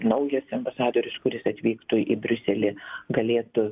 naujas ambasadorius kuris atvyktų į briuselį galėtų